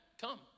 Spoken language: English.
come